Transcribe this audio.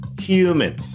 human